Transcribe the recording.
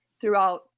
throughout